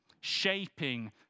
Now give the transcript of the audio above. shaping